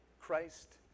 Christ